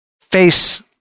Face